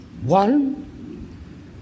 One